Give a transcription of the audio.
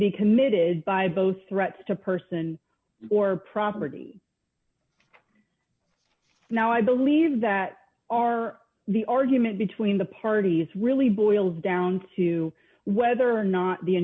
be committed by both threats to person or property now i believe that our the argument between the parties really boils down to whether or not the